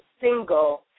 single